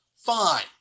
fine